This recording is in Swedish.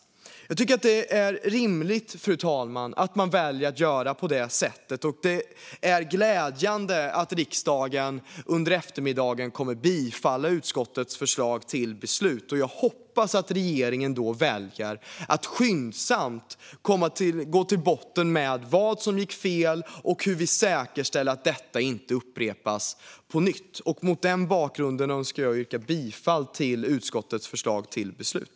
Jag tycker att det är rimligt, fru talman, att man väljer att göra på det sättet. Det är glädjande att riksdagen under eftermiddagen kommer att bifalla utskottets förslag till beslut. Jag hoppas att regeringen då väljer att skyndsamt gå till botten med vad som gick fel och hur vi säkerställer att detta inte upprepas. Mot denna bakgrund önskar jag yrka bifall till utskottets förslag till beslut.